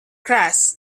crash